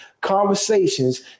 conversations